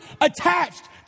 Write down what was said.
attached